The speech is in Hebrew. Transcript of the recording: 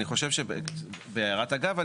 אני חושב שבהערת אגב,